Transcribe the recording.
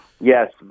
Yes